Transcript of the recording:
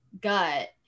gut